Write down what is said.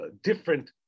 different